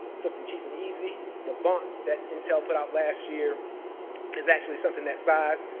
something cheap and easy. the vont that intel put out last year is actually something that size.